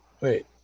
Wait